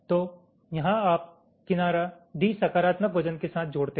तो यहां आप किनारा d सकारात्मक वजन के साथ जोड़ते हैं